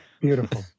beautiful